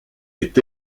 ait